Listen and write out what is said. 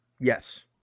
Yes